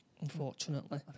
unfortunately